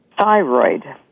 thyroid